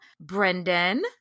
Brendan